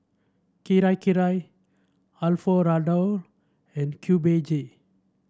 Kirei Kirei Alfio Raldo and Cube J